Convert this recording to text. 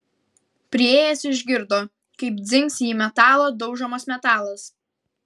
priėjęs išgirdo kaip dzingsi į metalą daužomas metalas